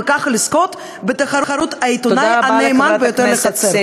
וככה לזכות בתחרות העיתונאי הנאמן ביותר לחצר.